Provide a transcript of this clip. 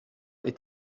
est